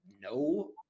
no